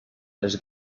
les